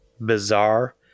bizarre